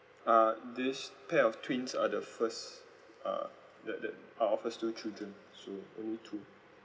uh this pair of twins are the first uh the the are our first two children so only two